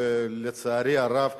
ולצערי הרב,